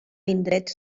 indrets